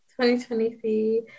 2023